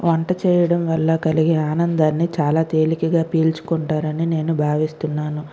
వంట చేయడం వల్ల కలిగే ఆనందాన్ని చాలా తేలికగా పీల్చుకుంటారని నేను భావిస్తున్నాను